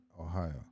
Ohio